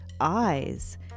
eyes